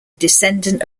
descendant